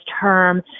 term